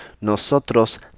Nosotros